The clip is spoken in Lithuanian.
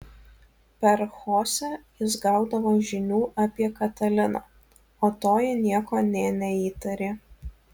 per chosę jis gaudavo žinių apie kataliną o toji nieko nė neįtarė